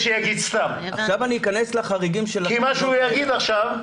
שהוא יגיד סתם כי מה שהוא יגיד עכשיו,